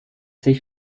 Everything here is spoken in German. sich